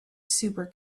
super